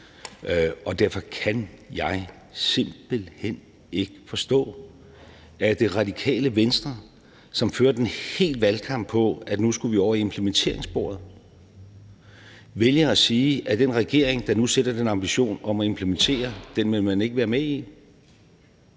Derfor kan jeg simpelt hen ikke forstå, at Radikale Venstre, som førte en hel valgkamp på, at nu skulle vi over i implementeringssporet, vælger at sige, at den regering, der nu sætter den ambition at implementere, vil man ikke være med i.